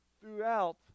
throughout